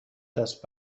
دست